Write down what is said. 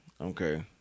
okay